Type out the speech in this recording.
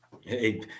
hey